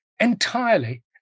entirely